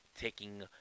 taking